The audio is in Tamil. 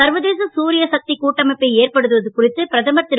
சர்வதேச தரிய சக் கூட்டமைப்பை ஏற்படுத்துவது குறித்து பிரதமர் ரு